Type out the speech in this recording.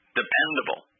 dependable